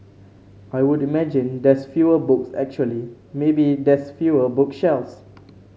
I would imagine there's fewer books actually maybe there's fewer book shelves